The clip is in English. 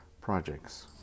projects